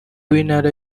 w’intara